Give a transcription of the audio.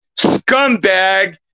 Scumbag